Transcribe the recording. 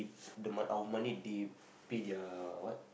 the mun our money they pay their what